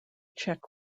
czech